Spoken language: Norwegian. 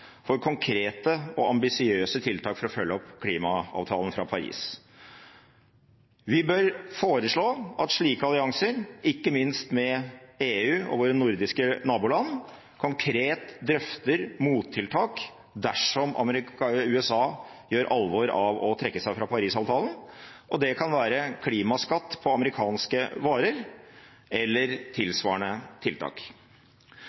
for konkrete og ambisiøse tiltak for å følge opp klimaavtalen fra Paris. Vi bør foreslå at slike allianser, ikke minst med EU og våre nordiske naboland, konkret drøfter mottiltak dersom USA gjør alvor av å trekke seg fra Paris-avtalen. Det kan være klimaskatt på amerikanske varer eller